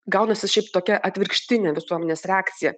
gaunasi šiaip tokia atvirkštinė visuomenės reakcija